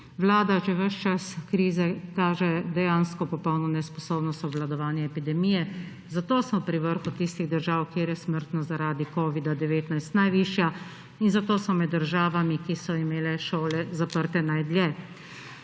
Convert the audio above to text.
Vlada že veš čas krize kaže dejansko popolno nesposobnost obvladovanja epidemije, zato smo pri vrhu tistih držav, kjer je smrtnost zaradi covida-19 najvišja, in zato smo med državami, ki so imele šole zaprte najdlje.